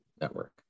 network